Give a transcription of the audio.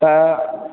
त